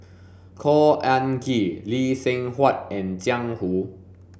Khor Ean Ghee Lee Seng Huat and Jiang Hu